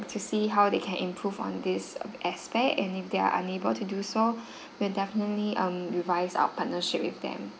to see how they can improve on this aspect and if they are unable to do so we'll definitely um revise our partnership with them